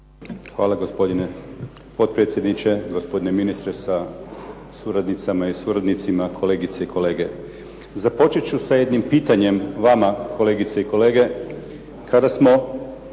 Hvala gospodine potpredsjedniče, gospodine ministre sa suradnicama i suradnicima, kolegice i kolege. Započet ću sa jednim pitanjem vama kolegice i kolege kada smo